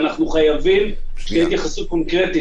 ואנחנו חייבים שתהיה התייחסות קונקרטית,